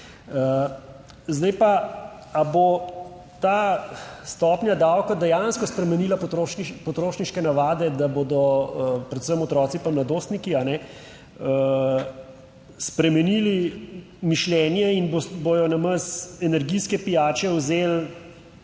Zdaj pa, ali bo ta stopnja davka dejansko spremenila potrošniške navade, da bodo predvsem otroci in mladostniki spremenili mišljenje in bodo namesto energijske pijače vzeli